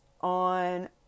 on